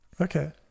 Okay